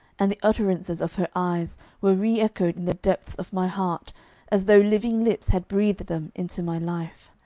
and the utterances of her eyes were reechoed in the depths of my heart as though living lips had breathed them into my life.